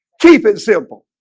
keep it simple